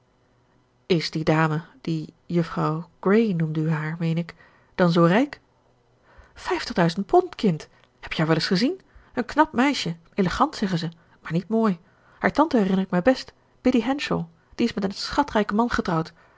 is die dame die juffrouw grey noemde u haar meen ik dan zoo rijk vijftig duizend pond kind heb je haar wel eens gezien een knap meisje elegant zeggen ze maar niet mooi haar tante herinner ik mij best biddy henshawe die is met een schatrijken man getrouwd